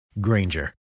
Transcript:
Granger